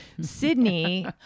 Sydney